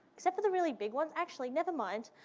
except for the really big ones. actually, never mind.